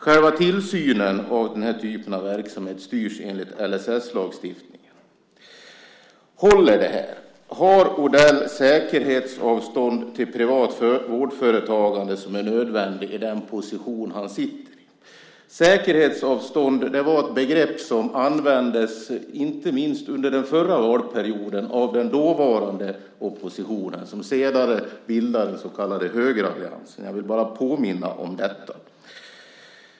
Själva tillsynen av den här typen av verksamhet styrs enligt LSS-lagstiftningen. Håller det här? Har Odell det säkerhetsavstånd till privat vårdföretagande som är nödvändigt i den position han sitter i? Säkerhetsavstånd var ett begrepp som användes inte minst under den förra valperioden av den dåvarande oppositionen som senare bildade den så kallade högeralliansen. Jag vill bara påminna om detta.